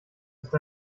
ist